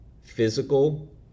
physical